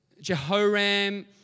Jehoram